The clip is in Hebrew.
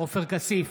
עופר כסיף,